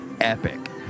epic